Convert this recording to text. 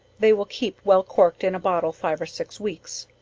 they will keep well cork'd in a bottle five or six weeks.